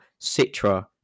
Citra